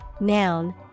noun